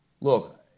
look